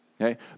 okay